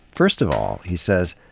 first of all, he says,